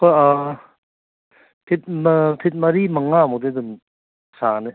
ꯍꯣꯏ ꯐꯤꯠꯅ ꯐꯤꯠ ꯃꯔꯤ ꯃꯉꯥꯥꯃꯨꯛꯇꯤ ꯑꯗꯨꯝ ꯁꯥꯡꯅꯤ